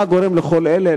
מה הגורם לכל אלה?